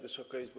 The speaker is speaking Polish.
Wysoka Izbo!